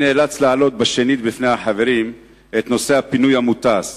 אני נאלץ להעלות שנית בפני החברים את נושא הפינוי המוטס.